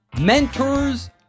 Mentors